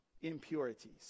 Impurities